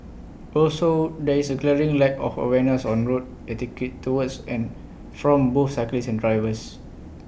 also there is A glaring lack of awareness on road etiquette towards and from both cyclists and drivers